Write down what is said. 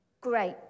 Great